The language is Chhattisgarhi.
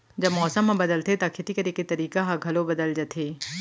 जब मौसम ह बदलथे त खेती करे के तरीका ह घलो बदल जथे?